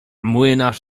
młynarz